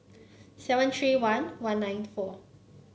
seven three one one nine four